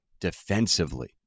defensively